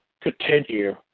continue